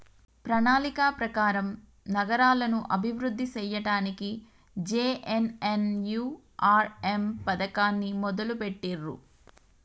ప్రణాళిక ప్రకారం నగరాలను అభివృద్ధి సేయ్యడానికి జే.ఎన్.ఎన్.యు.ఆర్.ఎమ్ పథకాన్ని మొదలుబెట్టిర్రు